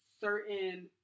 certain